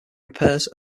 repairs